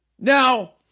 Now